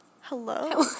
hello